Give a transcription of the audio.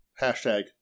hashtag